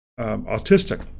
autistic